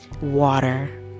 Water